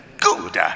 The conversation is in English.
Good